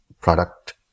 product